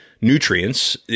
nutrients